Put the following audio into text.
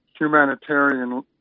humanitarian